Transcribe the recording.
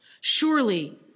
Surely